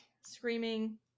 screaming